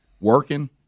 working